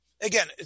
Again